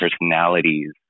personalities